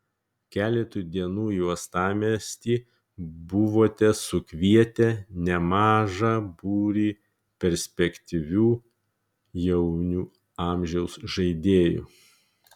keletui dienų į uostamiestį buvote sukvietę nemaža būrį perspektyvių jaunių amžiaus žaidėjų